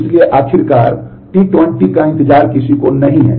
इसलिए आखिरकार और T20 का इंतजार किसी को नहीं है